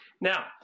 Now